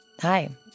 Hi